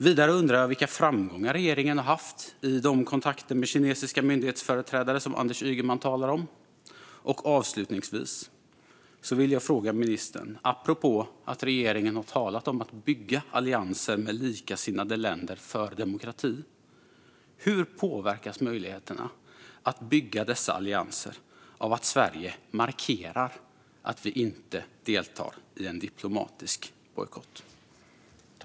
Vidare undrar jag vilka framgångar regeringen har haft i de kontakter med kinesiska myndighetsföreträdare som Anders Ygeman talar om. Avslutningsvis vill jag, apropå att regeringen har talat om att bygga allianser med likasinnade länder för demokrati, fråga ministern: Hur påverkas möjligheterna att bygga dessa allianser av att vi i Sverige markerar att vi inte deltar i en diplomatisk bojkott?